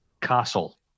castle